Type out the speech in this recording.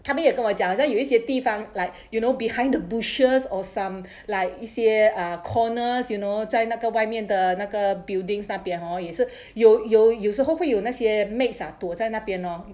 他们也跟我讲好像有一些地方 like you know behind the bushes or some like 一些 corners you know 在那个外面的那个 buildings 那边 hor 也是有有有时候会有那些 maids ah 躲在那边 lor